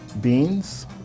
Beans